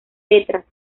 letras